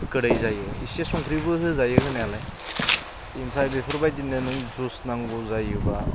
गोदै जायो एसे संख्रिबो होजायो होनायालाय इनिफ्राय बेफोरबायदिनो नों जुइस नांगौ जायोब्ला